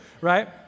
right